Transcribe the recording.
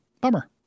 bummer